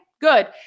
good